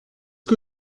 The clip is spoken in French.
que